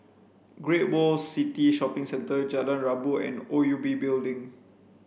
Great World City Shopping Centre Jalan Rabu and O U B Building